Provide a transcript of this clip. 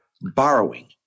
borrowing